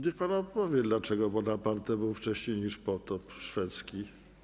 Niech pan odpowie, dlaczego Bonaparte był wcześniej niż potop szwedzki.